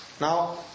now